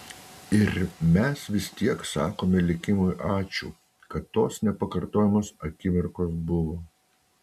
ir mes vis tiek sakome likimui ačiū kad tos nepakartojamos akimirkos buvo